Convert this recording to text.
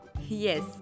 Yes